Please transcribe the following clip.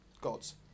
gods